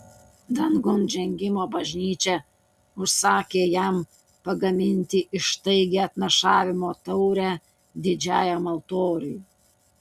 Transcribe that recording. dangun žengimo bažnyčia užsakė jam pagaminti ištaigią atnašavimo taurę didžiajam altoriui